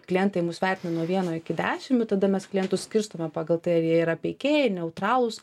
klientai mus vertina nuo vieno iki dešim i tada mes klientus skirstome pagal tai ar jie yra peikėjai neutralūs